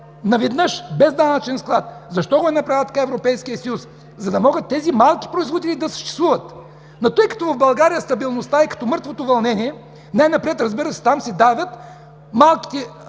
наведнъж, без данъчен склад. Защо го е направил така Европейският съюз? За да могат малките производители да съществуват. Но тъй като в България стабилността е като мъртвото вълнение, най-напред се давят малките